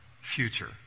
future